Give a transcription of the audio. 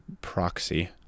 proxy